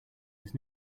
his